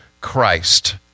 Christ